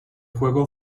juego